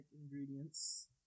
ingredients